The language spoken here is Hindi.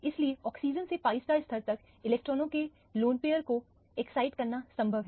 इसलिए ऑक्सीजन से pi स्तर तक इलेक्ट्रॉनों के लोन पैयर को एक्साइड करना संभव है